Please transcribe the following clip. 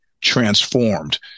transformed